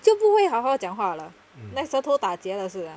就不会好好讲话了 like 舌头打劫了似的